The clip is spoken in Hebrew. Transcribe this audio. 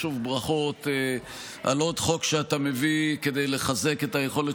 שוב ברכות על עוד חוק שאתה מביא כדי לחזק את היכולת